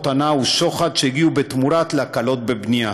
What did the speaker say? הנאה ושוחד שהגיעו בתמורה להקלות בבנייה,